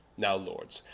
now lords,